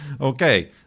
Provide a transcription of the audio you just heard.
Okay